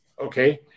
Okay